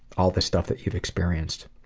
all this stuff that you've experienced.